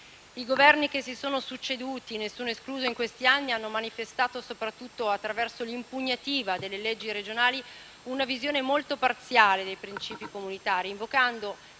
I Governi che si sono succeduti - nessuno escluso - in questi anni hanno manifestato, soprattutto attraverso l'impugnativa delle leggi regionali, una visione molto parziale dei principi comunitari, invocando